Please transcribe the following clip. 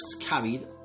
carried